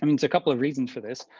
um it's a couple of reasons for this,